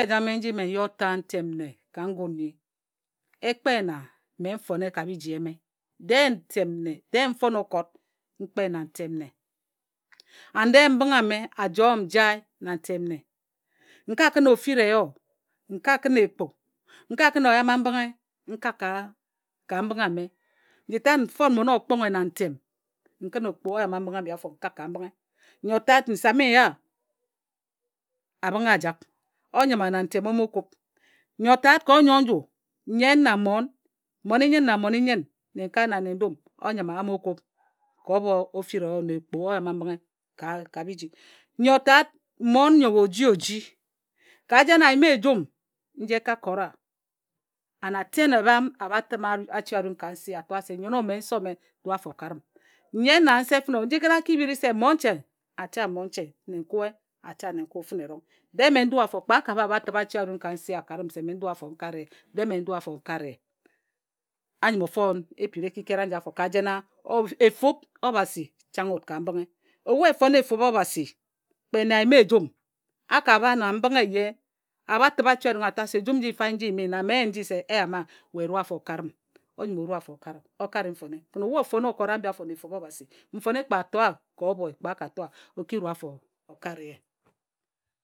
Eti ejama nji mme nyo ata ntem nne ka ngum nyi ekpe na mme nfone ka niji eme de ntem nne de nfon okord mkpe na ntem nne and de mbinghe ama ojo m jae na ntem nne, nka kun ofireyo, nka kun egbu nka kún oyama mbinghe nkak ka mbinghe ame. Nji tad mfon mmone okpunghe na ntem, nkun okpu oyama mbinghe abi afor nkak ka mbinghe. nyo tad nsame nya abing ajak onyima na ntem omo kubi, ńyo tad ka onyor nju nyen na mmon mone nyen na mmone nyen, nne-nkae na nne nnum onyima amo kub ka oba ofireyo na egbu oyama mbinghe ka biji. Nyor tad mmon nob oji oji ka jen ayim ejum nji eka kord a and atem eba m aba tib achi arong ka nsi ato a se nyen ome, nse ome dui afor karim. Nyen na nse fene ku aki biri se monche ata monche nne nkwe ata nne nkwi fene erong. De mme ndui afor kpe aka ba aba tib achi-anung nsi a karim se mme ndui afore nkare ye, de mme ndui afor nkare ye anyime afon wun ebiri ekikere aji afor ka jen a efub obhasi chang wud ka mbinghe. Ebu efon efub obhasi kpe nne ayim ejum akaba na mbinghe eje aba tib achi-arung ator se ejum nji mfa nji nyime mme nyin se eyama weh dui afor karim onyim omi afor okarim, okare mfone ken ebu ofone okord abi afor na efub obhasi, mfone kpe atoa oboe kpe aka tor a oki afor okare ye.